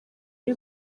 ari